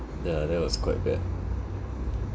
ya that was quite bad